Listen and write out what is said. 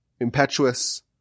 impetuous